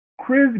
Chris